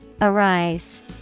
Arise